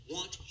Want